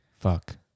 Fuck